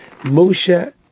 Moshe